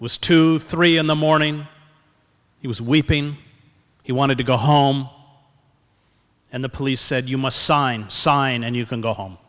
was two three in the morning he was weeping he wanted to go home and the police said you must sign sign and you can go home